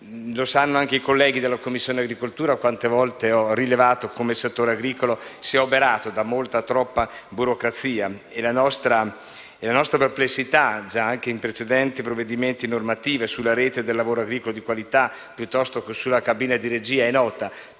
esiste. Anche i colleghi della Commissione agricoltura sanno quante volte ho rilevato come il settore agricolo sia oberato da molta, troppa burocrazia. La nostra perplessità, già espressa con riferimento a precedenti provvedimenti normativi, sulla Rete del lavoro agricolo di qualità, piuttosto che sulla cabina di regia è nota.